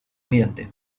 oriente